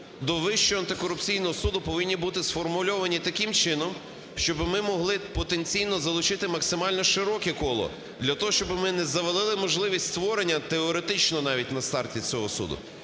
до Вищого антикорупційного суду повинні бути сформульовані таким чином, щоби ми могли потенційно залучити максимально широке коло, для того щоби ми не завалили можливість створення, теоретично навіть, на старті цього суду.